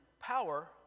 power